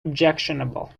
objectionable